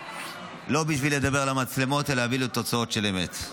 לא בשביל לדבר למצלמות אלא להביא לתוצאות של אמת.